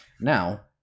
Now